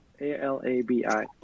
A-L-A-B-I